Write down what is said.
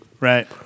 Right